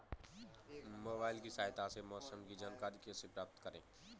Mobile की सहायता से मौसम की जानकारी कैसे प्राप्त करें?